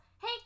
hey